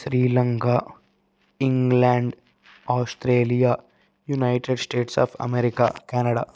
Sri Lanka England Australia United States of America Canada